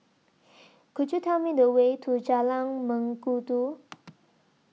Could YOU Tell Me The Way to Jalan Mengkudu